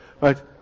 Right